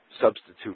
substitute